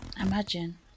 Imagine